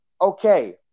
Okay